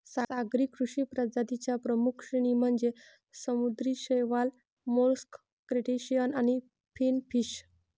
सागरी कृषी प्रजातीं च्या प्रमुख श्रेणी म्हणजे समुद्री शैवाल, मोलस्क, क्रस्टेशियन आणि फिनफिश